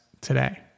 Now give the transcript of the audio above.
today